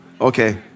okay